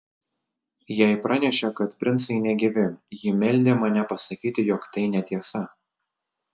jai pranešė kad princai negyvi ji meldė mane pasakyti jog tai netiesa